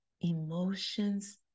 emotions